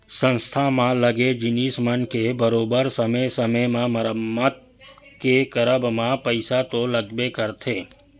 संस्था म लगे जिनिस मन के बरोबर समे समे म मरम्मत के करब म पइसा तो लगबे करथे